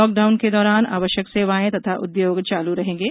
lockdown के दौरान आवश्यक सेवाएं तथा उद्योग चालू रहेंगे